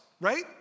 right